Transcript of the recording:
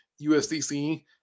USDC